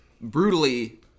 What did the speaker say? brutally